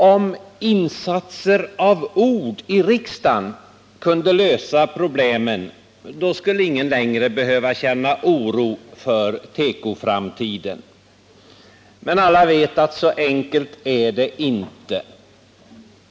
Om insatser i form av ord i riksdagen kunde lösa problemen, skulle ingen längre behöva känna oro för tekoframtiden. Men alla vet att det inte är så enkelt.